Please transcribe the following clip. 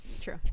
true